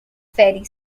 ferry